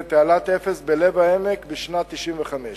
תעלת אפס בלב העמק, בשנת 1995,